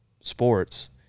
sports